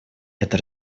это